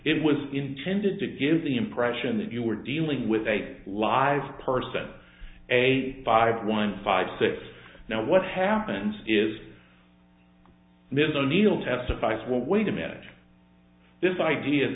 it was intended to give the impression that you were dealing with a live person a five one five six now what happens is ms o'neill testifies well wait a minute this idea of